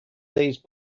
these